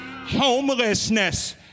Homelessness